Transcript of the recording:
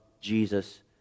Jesus